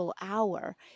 hour